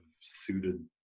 suited